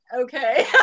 okay